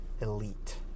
elite